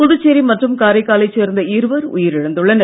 புதுச்சேரி மற்றும் காரைக்காலைச் சேர்ந்த இருவர் உயிரிழந்துள்ளனர்